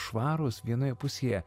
švarūs vienoje pusėje